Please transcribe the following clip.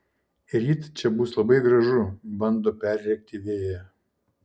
ryt čia bus labai gražu bando perrėkti vėją